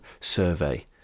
survey